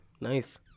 Nice